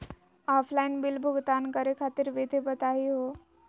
Offline bill भुगतान करे खातिर विधि बताही हो?